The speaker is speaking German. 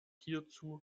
hierzu